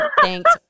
thanks